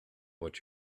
what